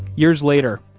years later,